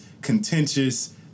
contentious